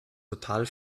total